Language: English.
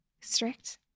strict